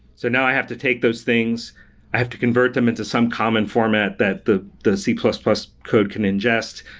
so now i have to take those things. i have to convert them into some common format that the the c plus plus code can ingest,